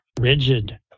rigid